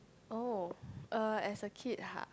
oh uh as a kid ha